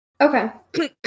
Okay